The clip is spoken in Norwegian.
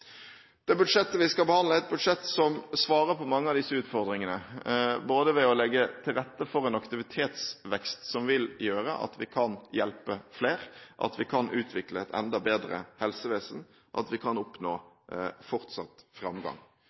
Det budsjettet vi behandler, er et budsjett som svarer på mange av disse utfordringene ved å legge til rette for en aktivitetsvekst som vil gjøre at vi kan hjelpe flere, at vi kan utvikle et enda bedre helsevesen, og at vi kan oppnå fortsatt framgang.